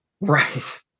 Right